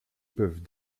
peuvent